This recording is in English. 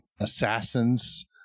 assassins